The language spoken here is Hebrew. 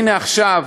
הנה עכשיו,